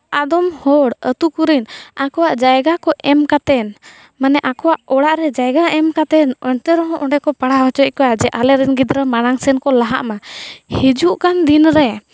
ᱟᱫᱚᱢ ᱦᱚᱲ ᱟᱹᱛᱩ ᱠᱚᱨᱮᱱ ᱟᱠᱚᱣᱟᱜ ᱡᱟᱭᱜᱟ ᱠᱚ ᱮᱢ ᱠᱟᱛᱮᱫ ᱢᱟᱱᱮ ᱟᱠᱚᱣᱟᱜ ᱚᱲᱟᱜ ᱨᱮ ᱡᱟᱭᱜᱟ ᱮᱢ ᱠᱟᱛᱮᱫ ᱮᱱᱛᱮᱨᱮᱦᱚᱸ ᱚᱸᱰᱮ ᱠᱚ ᱯᱟᱲᱦᱟᱣ ᱦᱚᱪᱚᱭᱮᱫ ᱠᱚᱣᱟ ᱡᱮ ᱟᱞᱮ ᱨᱮᱱ ᱜᱤᱫᱽᱨᱟᱹ ᱢᱟᱲᱟᱝ ᱥᱮᱫ ᱠᱚ ᱞᱟᱦᱟᱜ ᱢᱟ ᱦᱤᱡᱩᱜ ᱠᱟᱱ ᱫᱤᱱ ᱨᱮ